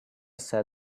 said